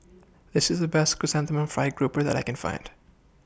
This IS The Best Chrysanthemum Fried Grouper that I Can Find